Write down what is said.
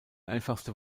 einfachste